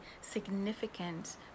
significant